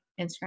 Instagram